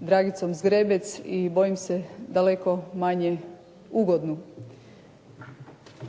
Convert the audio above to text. Dragicom Zgrebec i bojim se daleko manje ugodnu.